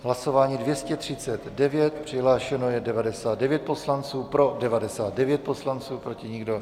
Hlasování 239, přihlášeno je 99 poslanců, pro 99 poslanců, proti nikdo.